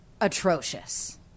atrocious